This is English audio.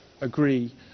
agree